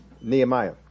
Nehemiah